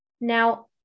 Now